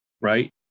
right